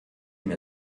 mir